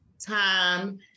time